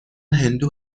هندو